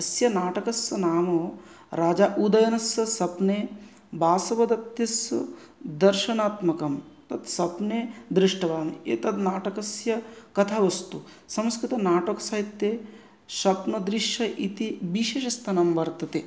अस्य नाटकस्य नाम राजा उदयनस्य स्वप्ने वासवदत्तायाः दर्शनात्मकं तत् स्वप्ने दृष्टवान् एतत् नाटकस्य कथा वस्तु संस्कृत नाटकसाहित्ये स्वप्नं दृश्यम् इति विशेषस्थानं वर्तते